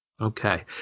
Okay